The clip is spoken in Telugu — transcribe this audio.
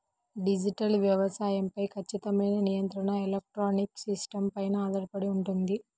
డిజిటల్ వ్యవసాయం పై ఖచ్చితమైన నియంత్రణ ఎలక్ట్రానిక్ సిస్టమ్స్ పైన ఆధారపడి ఉంటుంది